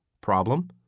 Problem